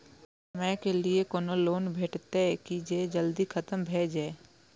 कम समय के लीये कोनो लोन भेटतै की जे जल्दी खत्म भे जे?